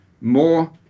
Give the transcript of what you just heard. more